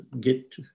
get